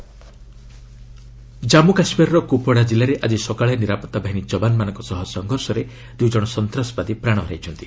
JK encounter Jammu କାଶ୍ମୀରର କୁପ୍ୱାଡ଼ା କିଲ୍ଲାରେ ଆଜି ସକାଳେ ନିରାପତ୍ତା ବାହିନୀ ଯବାନମାନଙ୍କ ସହ ସଂଘର୍ଷରେ ଦୁଇ ଜଣ ସନ୍ତାସବାଦୀ ପ୍ରାଣ ହରାଇଛନ୍ତି